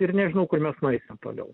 ir nežinau kur mes nueisim toliau